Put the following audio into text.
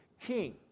King